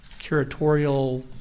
curatorial